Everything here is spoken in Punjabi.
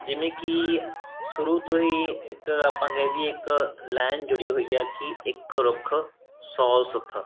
ਜਿਵੇਂ ਕਿ ਸ਼ੁਰੂ ਤੋਂ ਹੀ ਇੱਕ ਆਪਾਂ ਕਹਿ ਦਈਏ ਇੱਕ ਲੈਨ ਜੁੜੀ ਹੋਈ ਹੈ ਕਿ ਇੱਕ ਰੁੱਖ ਸੌ ਸੁੱਖ